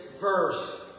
verse